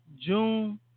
June